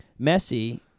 Messi